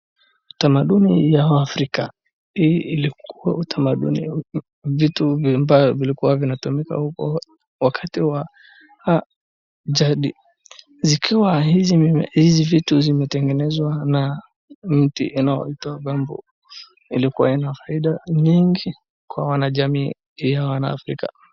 Utamaduni ya wa Afrika. Hii ilikuwa utamaduni, vitu ambavyo vilikuwa vinatumika huko wakati wa jadi, zikiwa hizi mimea, hizi vitu zimetengenezwa na mti inaoitwa bamboo, ilikuwa na faida nyingi kwa wanajamii, ya wana Afrika.